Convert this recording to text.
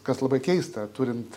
kas labai keista turint